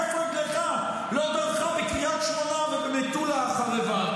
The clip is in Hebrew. כף רגלך לא דרכה בקריית שמונה ובמטולה החרבה.